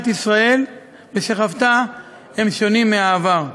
ישראל ושחוותה הם שונים מאשר בעבר.